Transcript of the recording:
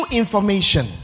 information